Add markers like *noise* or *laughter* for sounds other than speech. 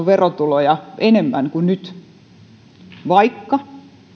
*unintelligible* verotuloja enemmän kuin nyt vaikka